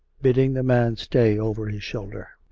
bidding the man stay, over his shoulder.